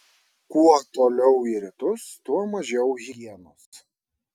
kuo toliau į rytus tuo mažiau higienos